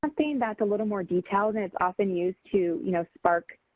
i mean that's a little more detailed and is often used to you know spark